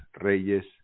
Reyes